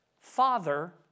father